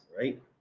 right